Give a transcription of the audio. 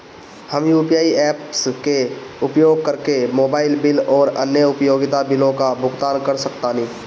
हम UPI apps के उपयोग करके मोबाइल बिल आउर अन्य उपयोगिता बिलों का भुगतान कर सकतानी